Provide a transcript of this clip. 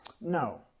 no